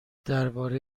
درباره